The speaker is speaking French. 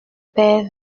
père